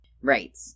Right